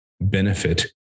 benefit